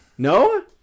No